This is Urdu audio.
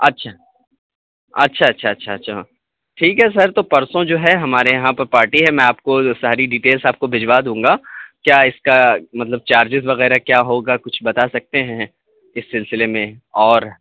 اچھا اچھا اچھا اچھا اچھا ٹھیک ہے سر تو پرسوں جو ہے ہمارے یہاں پہ پارٹی ہے میں آپ کو ساری ڈیٹیلس آپ کو بھجوا دوں گا کیا اس کا مطلب چارجز وغیرہ کیا ہوگا کچھ بتا سکتے ہیں اس سلسلے میں اور